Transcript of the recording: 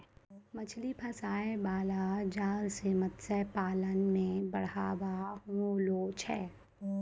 मछली फसाय बाला जाल से मतस्य पालन मे बढ़ाबा होलो छै